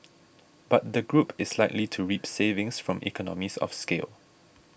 but the group is likely to reap savings from economies of scale